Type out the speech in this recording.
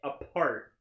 apart